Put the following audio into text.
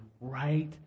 right